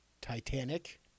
Titanic